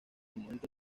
momento